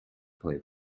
play